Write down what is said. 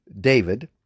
David